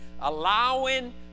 allowing